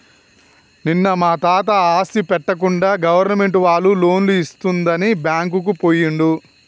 నిన్న మా తాత ఆస్తి పెట్టకుండా గవర్నమెంట్ వాళ్ళు లోన్లు ఇస్తుందని బ్యాంకుకు పోయిండు